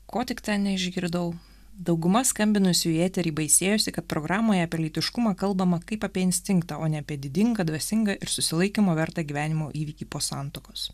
ko tik neišgirdau dauguma skambinusių į eterį baisėjosi kad programoje apie lytiškumą kalbama kaip apie instinktą o ne apie didingą dvasingą ir susilaikymo vertą gyvenimo įvykį po santuokos